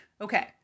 Okay